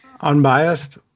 Unbiased